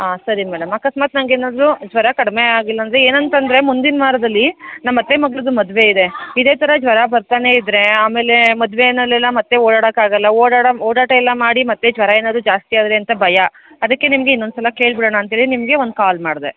ಹಾಂ ಸರಿ ಮೇಡಮ್ ಅಕಸ್ಮಾತ್ ನಂಗೆ ಏನಾದರು ಜ್ವರ ಕಡಿಮೆ ಆಗಿಲ್ಲ ಅಂದ್ರೆ ಏನಂತ ಅಂದರೆ ಮುಂದಿನ ವಾರದಲ್ಲಿ ನಮ್ಮ ಅತ್ತೆ ಮಗಳದ್ದು ಮದುವೆ ಇದೇ ಥರ ಜ್ವರ ಬರ್ತಾನೇ ಇದ್ದರೆ ಆಮೇಲೇ ಮದ್ವೆನಲ್ಲಿ ಎಲ್ಲ ಮತ್ತೆ ಓಡಾಡಕೆ ಆಗೊಲ್ಲ ಓಡಾಟ ಓಡಾಟ ಎಲ್ಲ ಮಾಡಿ ಮತ್ತೆ ಜ್ವರ ಏನಾದರು ಜಾಸ್ತಿ ಆದರೆ ಅಂತ ಭಯ ಅದಕ್ಕೆ ನಿಮಗೆ ಇನ್ನೊಂದು ಸಲ ಕೇಳಿ ಬಿಡೋಣ ಅಂತೇಳಿ ನಿಮಗೆ ಒಂದು ಕಾಲ್ ಮಾಡಿದೆ